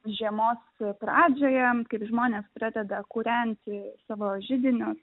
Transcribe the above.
žiemos pradžioje kaip žmonės pradeda kūrenti savo židinius